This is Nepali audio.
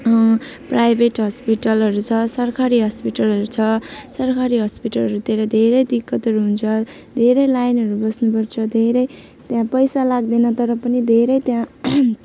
प्राइभेट हस्पिटलहरू छ सरकारी हस्पिटलहरू छ सरकारी हस्पिटलहरूतिर धेरै दिक्कतहरू हुन्छ धेरै लाइनहरू बस्नु पर्छ धेरै त्यहाँ पैसा लाग्दैन तर पनि धेरै त्यहाँ